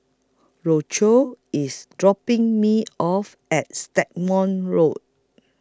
Roscoe IS dropping Me off At Stagmont Road